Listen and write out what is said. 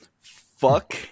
Fuck